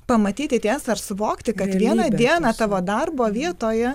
pamatyti tiesą ir suvokti kad vieną dieną tavo darbo vietoje